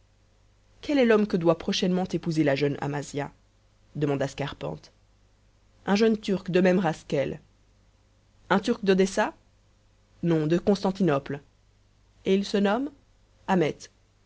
quel est l'homme que doit prochainement épouser la jeune amasia demanda scarpante un jeune turc de même race qu'elle un turc d'odessa non de constantinople et il se nomme